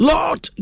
Lord